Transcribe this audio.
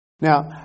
Now